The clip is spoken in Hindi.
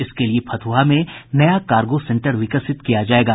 इसके लिये फतुहा में नया कार्गो सेंटर विकसित किया जायेगा